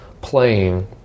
playing